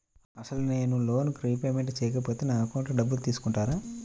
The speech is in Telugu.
అసలు నేనూ లోన్ రిపేమెంట్ చేయకపోతే నా అకౌంట్లో డబ్బులు తీసుకుంటారా?